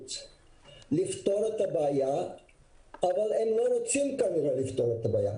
אפשרות לפתור את הבעיה אבל הם כנראה לא רוצים לפתור את הבעיה.